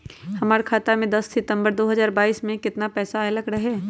हमरा खाता में दस सितंबर दो हजार बाईस के दिन केतना पैसा अयलक रहे?